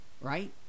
right